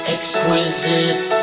Exquisite